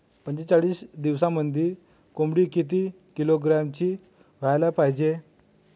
पंचेचाळीस दिवसामंदी कोंबडी किती किलोग्रॅमची व्हायले पाहीजे?